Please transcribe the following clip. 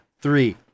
three